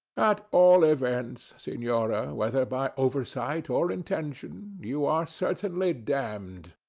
at all events, senora, whether by oversight or intention, you are certainly damned,